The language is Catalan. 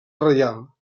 reial